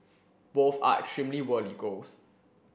both are extremely worthy goals